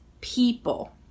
people